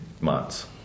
months